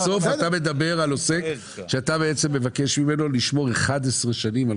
בסוף אתה מדבר על עוסק שאתה מבקש ממנו לשמור 11 שנים,